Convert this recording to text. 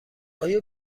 آیا